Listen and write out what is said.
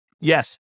Yes